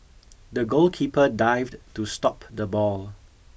the goalkeeper dived to stop the ball